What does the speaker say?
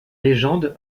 légende